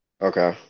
Okay